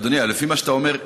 אדוני, לפי מה שאתה אומר,